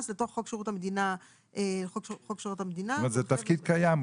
לתוך חוק שירות המדינה --- זה תפקיד קיים,